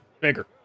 bigger